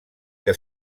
que